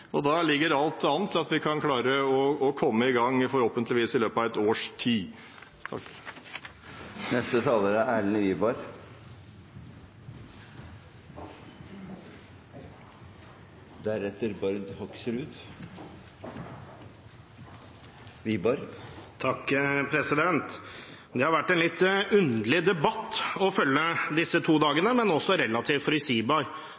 og da ligger alt an til at vi kan klare å komme i gang – forhåpentligvis i løpet av et års tid.